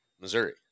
Missouri